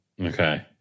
Okay